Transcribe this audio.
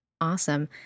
Awesome